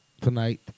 tonight